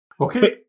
Okay